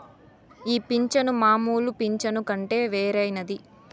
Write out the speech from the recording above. ఈ పింఛను మామూలు పింఛను కంటే వేరైనది